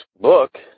book